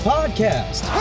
Podcast